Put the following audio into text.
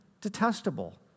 detestable